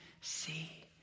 see